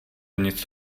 nic